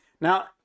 Now